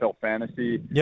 fantasy